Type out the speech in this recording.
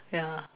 ya